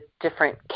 different